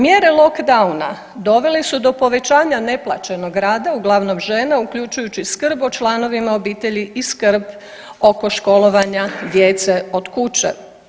Mjere lockdowna dovele su do povećanja neplaćenog rada uglavnom žena uključujući skrb o članovima obitelji i skrb oko školovanja djece od kuće.